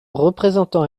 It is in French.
représentant